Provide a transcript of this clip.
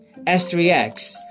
S3X